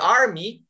army